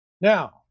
now